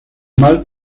mal